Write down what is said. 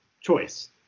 choice